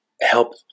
help